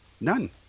None